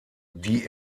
die